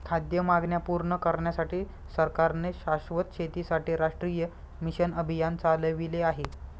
खाद्य मागण्या पूर्ण करण्यासाठी सरकारने शाश्वत शेतीसाठी राष्ट्रीय मिशन अभियान चालविले आहे